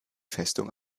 festung